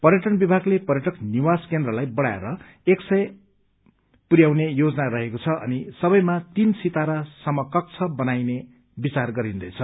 पर्यटन विभागले पर्यटक निवास केन्द्रलाई बढ़ाएर एक सय पुरयाउने योजना रहेको छ अनि सबैमा तीन सितारा समकक्ष बनाइने विचार गरिन्दैछ